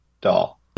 Doll